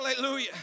Hallelujah